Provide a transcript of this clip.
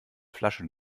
flasche